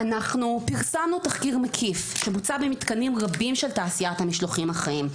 אנחנו פרסמנו תחקיר מקיף שבוצע במתקנים רבים של תעשיית המשלוחים החיים,